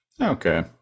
okay